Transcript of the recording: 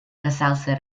касался